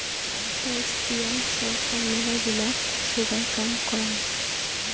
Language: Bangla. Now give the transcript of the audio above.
ট্যাক্স দিয়ে ছরকার মেলাগিলা সোগায় কাম করাং